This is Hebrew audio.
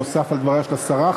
נוסף על דבריה של השרה.